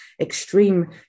extreme